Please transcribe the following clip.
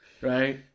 right